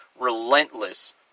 relentless